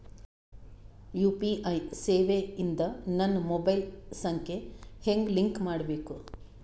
UPI ಸೇವೆ ಇಂದ ನನ್ನ ಮೊಬೈಲ್ ಸಂಖ್ಯೆ ಹೆಂಗ್ ಲಿಂಕ್ ಮಾಡಬೇಕು?